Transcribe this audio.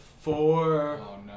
four